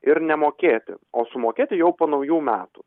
ir nemokėti o sumokėti jau po naujų metų